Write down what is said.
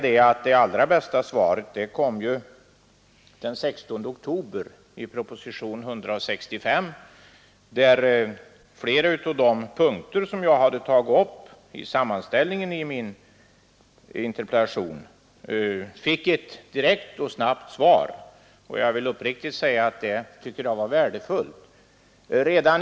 Det allra bästa svaret kom redan den 16 oktober i propositionen 165, där flera av de punkter som jag hade tagit upp i sammanställningen i min interpellation fick ett direkt och snabbt svar. Jag vill sanningsenligt säga att jag tycker detta var värdefullt.